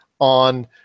on